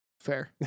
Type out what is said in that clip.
Fair